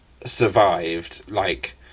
survived—like